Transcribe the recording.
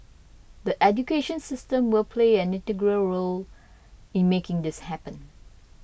the education system will play an integral role in making this happen